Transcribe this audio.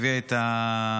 לפני ההודעה,